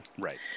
Right